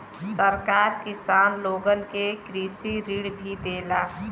सरकार किसान लोगन के कृषि ऋण भी देला